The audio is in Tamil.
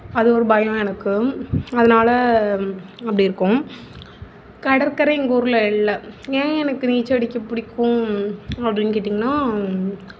அது ஒரு பயம் எனக்கு அதனால் அப்படி இருக்கும் கடற்கரை எங்கள் ஊரில் இல்லை ஏன் எனக்கு நீச்சல் அடிக்க பிடிக்கும் அப்டின்னு கேட்டிங்கனா